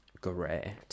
Great